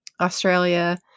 Australia